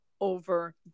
over